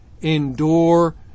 endure